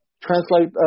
translate